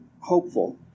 hopeful